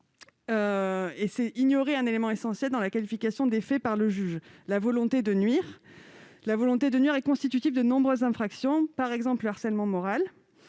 C'est ignorer un élément essentiel dans la qualification des faits par le juge : la volonté de nuire. La volonté de nuire est constitutive de nombreuses infractions, le harcèlement moral